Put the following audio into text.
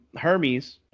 Hermes